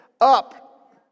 up